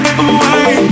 away